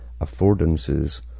affordances